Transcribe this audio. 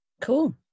cool